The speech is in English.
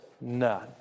none